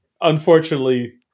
unfortunately